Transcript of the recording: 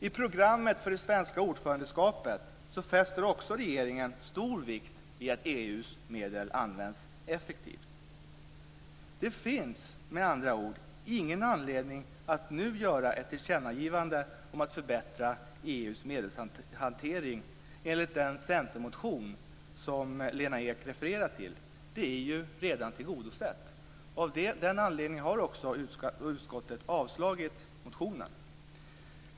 I programmet för det svenska ordförandeskapet fäster också regeringen stor vikt vid att EU:s medel används effektivt. Det finns med andra ord ingen anledning att nu göra ett tillkännagivande om att förbättra EU:s medelshantering enligt den centermotion som Lena Ek refererar till. Det är ju redan tillgodosett. Av den anledningen har också utskottet avstyrkt motionen.